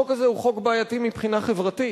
החוק הזה הוא חוק בעייתי מבחינה חברתית.